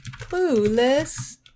Clueless